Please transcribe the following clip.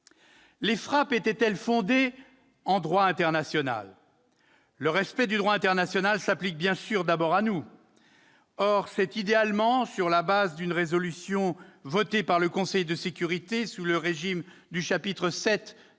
Les frappes étaient-elles fondées en droit international ? Le respect du droit international s'applique bien sûr d'abord à nous. Or c'est idéalement sur la base d'une résolution votée par le Conseil de sécurité, sous le régime du chapitre VII